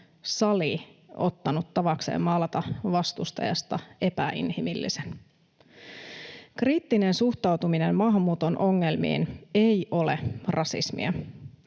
sali ottanut tavakseen maalata vastustajasta epäinhimillisen. Kriittinen suhtautuminen maahanmuuton ongelmiin ei ole rasismia.